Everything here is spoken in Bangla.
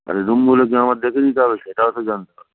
আচ্ছা রুমগুলো কি আমার দেখে দিতে হবে সেটাও তো জানতে হবে